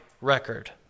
record